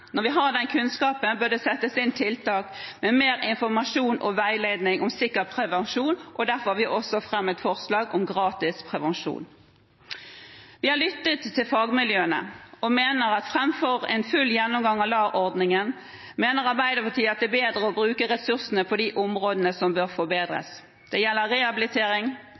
når vi har den kunnskapen, bør det settes inn tiltak med mer informasjon og veiledning om sikker prevensjon. Derfor har vi – sammen med Kristelig Folkeparti og Senterpartiet – fremmet forslag om gratis prevensjon. Vi har lyttet til fagmiljøene, og Arbeiderpartiet mener at framfor å ha en full gjennomgang av LAR-ordningen er det bedre å bruke ressursene på de områdene som bør forbedres. Det gjelder rehabilitering,